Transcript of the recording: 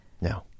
No